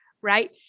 right